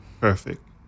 Perfect